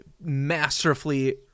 masterfully